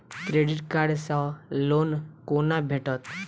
Credit card सँ loan कोना भेटत?